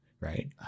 Right